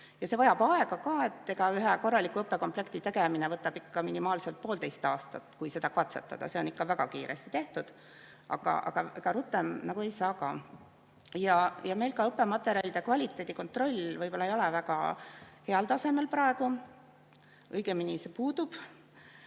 see vajab aega. Ühe korraliku õppekomplekti tegemine võtab minimaalselt poolteist aastat, kui seda katsetada, see on ikka väga kiiresti tehtud. Aga rutem nagu ka ei saa. Meil ka õppematerjalide kvaliteedi kontroll võib-olla ei ole väga heal tasemel praegu. Õigemini see puudub.